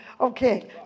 Okay